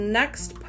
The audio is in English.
next